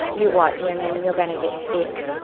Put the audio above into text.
you white women, you're going to get sick.